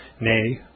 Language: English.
nay